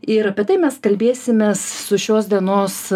ir apie tai mes kalbėsimės su šios dienos